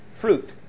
fruit